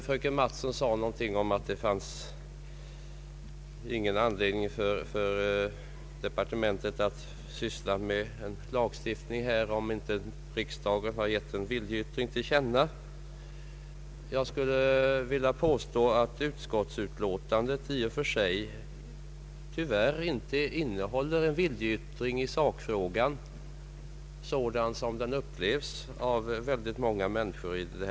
Fröken Mattson sade att det inte finns någon anledning för departementet att syssla med ändringar i lagstiftningen på detta område, om inte riksdagen har gett en viljeyttring till känna. Jag vill påstå att utskottsutlåtandet i och för sig tyvärr inte innehåller en viljeyttring i sakfrågan sådan som den upplevs av många människor här i landet.